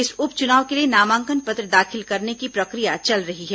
इस उप चुनाव के लिए नामांकन पत्र दाखिल करने की प्रक्रिया चल रही है